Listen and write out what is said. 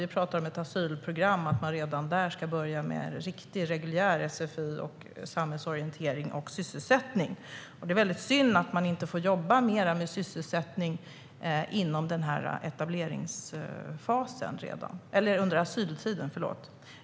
Vi pratar om ett asylprogram - att man redan där ska börja med riktig, reguljär sfi, samhällsorientering och sysselsättning. Det är väldigt synd att man inte får jobba mer med sysselsättning redan under asyltiden.